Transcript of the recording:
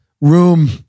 room